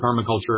permaculture